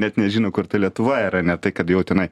net nežino kur ta lietuva yra ne tai kad jau tenai